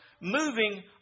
moving